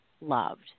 loved